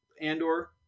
Andor